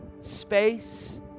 space